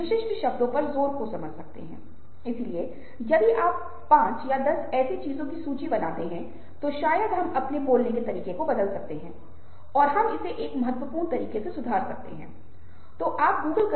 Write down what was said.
यह क्या है जो मुझमें इस क्रोध का कारण बनता है अगर मैं कारणों की पहचान करने में सक्षम हूं तो शायद मैं उन कारणों को बहुत बेहतर तरीके से संभाल पाऊंगा